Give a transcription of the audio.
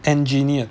engineered